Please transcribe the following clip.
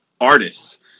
artists